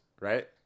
Right